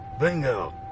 bingo